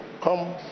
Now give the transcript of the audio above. come